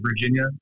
Virginia